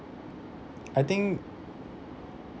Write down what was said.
I think